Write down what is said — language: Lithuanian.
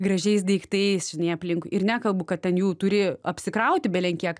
gražiais daiktais žinai aplinkui ir nekalbu kad ten jų turi apsikrauti belenkiek